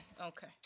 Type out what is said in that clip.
okay